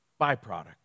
byproduct